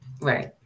Right